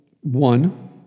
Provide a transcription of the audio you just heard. one